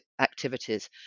activities